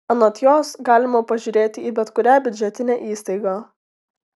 anot jos galima pažiūrėti į bet kurią biudžetinę įstaigą